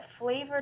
flavored